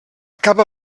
capa